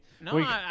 No